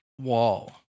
wall